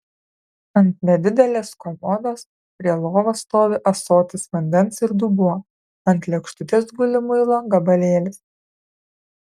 ant nedidelės komodos prie lovos stovi ąsotis vandens ir dubuo ant lėkštutės guli muilo gabalėlis